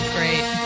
Great